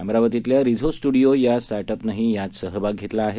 अमरावतीतल्या Rizo studio या स्टार्टपनंही यात सहभाग घेतला आहे